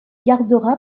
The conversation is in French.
gardera